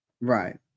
right